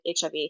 HIV